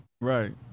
right